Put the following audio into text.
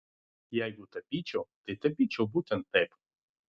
jeigu tapyčiau tai tapyčiau būtent taip